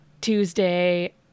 tuesday